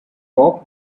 talk